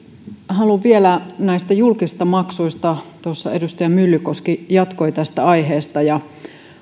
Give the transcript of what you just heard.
haluan vielä puhua näistä julkisista maksuista tuossa edustaja myllykoski jatkoi tästä aiheesta ja